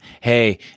hey